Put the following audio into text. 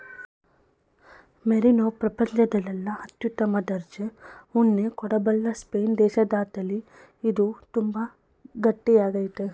merino ಪ್ರಪಂಚದಲ್ಲೆಲ್ಲ ಅತ್ಯುತ್ತಮ ದರ್ಜೆ ಉಣ್ಣೆ ಕೊಡಬಲ್ಲ ಸ್ಪೇನ್ ದೇಶದತಳಿ ಇದು ತುಂಬಾ ಗಟ್ಟಿ ಆಗೈತೆ